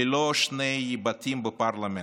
ללא שני בתי פרלמנט,